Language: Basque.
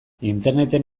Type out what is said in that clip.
interneten